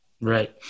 Right